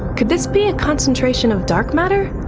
could this be a concentration of dark matter?